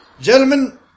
Gentlemen